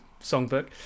songbook